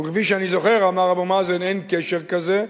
וכפי שאני זוכר, אמר אבו מאזן: אין קשר כזה.